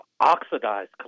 oxidized